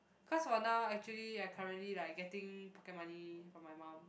cause for now actually I currently like getting pocket money from my mum